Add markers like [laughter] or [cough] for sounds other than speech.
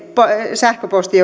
sähköposti [unintelligible]